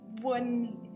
one